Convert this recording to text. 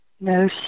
No